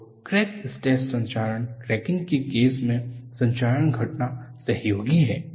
तो crack stress संक्षारण cracking के केस में संक्षारण घटना सहयोगी है